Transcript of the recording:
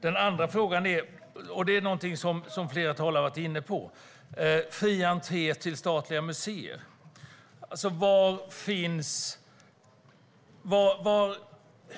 Den andra frågan gäller, och det är något som flera talare varit inne på, fri entré till statliga museer.